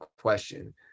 question